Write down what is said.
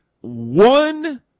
one